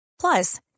Plus